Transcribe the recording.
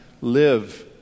live